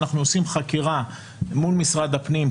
אנחנו עושים חקירה מול משרד הפנים,